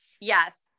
yes